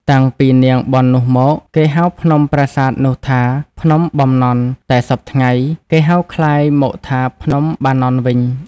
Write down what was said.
តាំងពី នាងបន់នោះមក គេហៅភ្នំប្រាសាទនោះថា ភ្នំបំណន់ តែសព្វថ្ងៃ គេហៅក្លាយមកថា ភ្នំបាណន់ វិញ ។